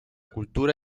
cultura